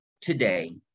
today